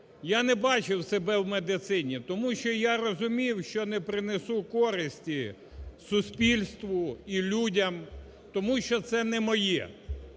я не бачив себе в медицині, тому що я розумів, що не принесу користі суспільству і людям, тому що це не моє.